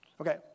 Okay